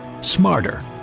smarter